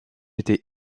était